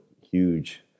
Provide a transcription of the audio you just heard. huge